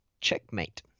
checkmate